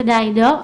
תודה עידו.